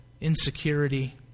insecurity